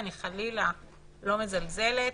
אני חלילה לא מזלזלת,